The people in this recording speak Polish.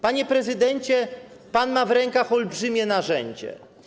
Panie prezydencie, pan ma w rękach olbrzymie narzędzie.